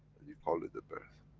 you call it a, birth.